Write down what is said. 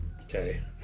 Okay